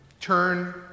turn